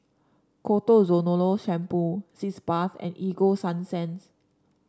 Ketoconazole Shampoo Sitz Bath and Ego Sunsense